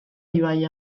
ibai